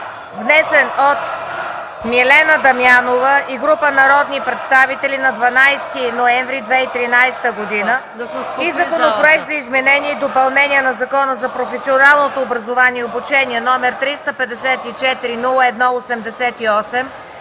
внесен от Милена Дамянова и група народни представители на 12 ноември 2013 г. и Законопроект за изменение и допълнение на Закона за професионалното образование и обучение, № 354-01-88,